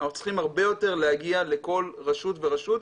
אנחנו צריכים הרבה יותר להגיע לכל רשות ורשות,